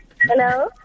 Hello